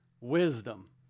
wisdom